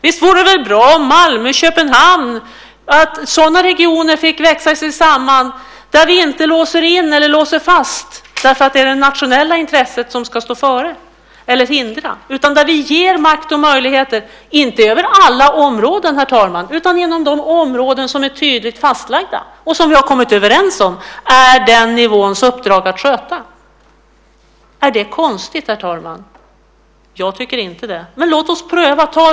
Visst vore det väl bra om regioner som Malmö och Köpenhamn fick växa sig samman och vi inte låste fast oss eller lät hindra oss av att det nationella intresset ska gå före. Där kunde vi i stället ge makt och möjligheter inte över alla områden utan inom de tydligt fastlagda områden som vi kommit överens om är just den nivåns uppdrag att sköta. Vore det konstigt, herr talman? Jag tycker inte det. Låt oss pröva.